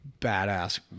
badass